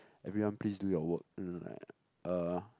everyone please do your work like uh